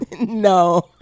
No